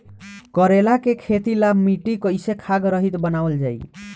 करेला के खेती ला मिट्टी कइसे खाद्य रहित बनावल जाई?